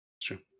True